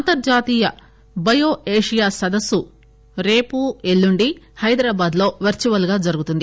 అంతర్హాతీయ bio Asia సదస్సు రేపు ఎల్లుండి హైదరాబాద్ లో వర్చువల్ గా జరుగుతుంది